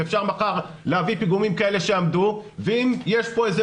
אפשר מחר להביא פיגומים כאלה שעמדו ואם יש פה איזה